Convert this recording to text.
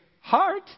heart